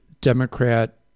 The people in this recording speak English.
democrat